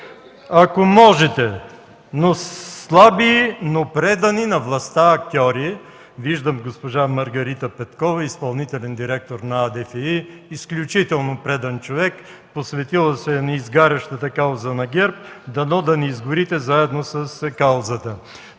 ако можете. Слаби, но предани на властта актьори – виждам госпожа Теменужка Петкова, изпълнителен директор на АДФИ. Изключително предан човек, посветила се е на изгарящата кауза на ГЕРБ – дано да не изгорите заедно с каузата.